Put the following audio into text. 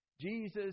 Jesus